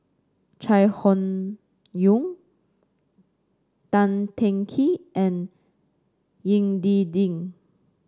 Chai Hon Yoong Tan Teng Kee and Ying D Ding